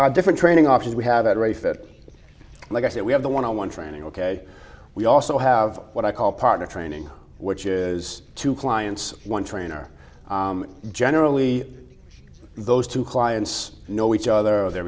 different training options we have at rates that like i said we have the one on one training ok we also have what i call partner training which is two clients one to are generally those two clients know each other they're